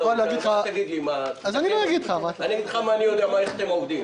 אני יודע איך אתם עובדים